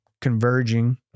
converging